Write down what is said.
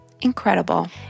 Incredible